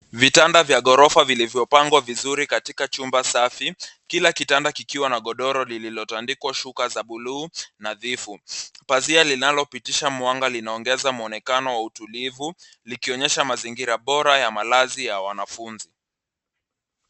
Vitanda vya ghorofa vilivyopangwa vizuri katika chumba safi. Kila kitanda kikiwa na godoro lililotandikwa shuka za buluu nadhifu. Pazia linalopitisha mwanga linaongeza mwonekano wa utulivu likionyesha mazingira bora ya malazi ya wanfunzi.